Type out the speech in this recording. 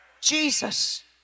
Jesus